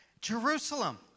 Jerusalem